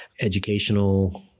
educational